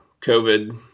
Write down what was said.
COVID